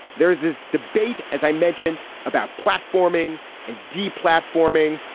there is this debate as i mentioned about platforming and d platforming.